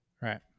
Right